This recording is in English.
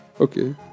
Okay